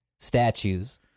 statues